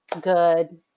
good